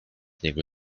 niego